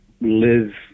live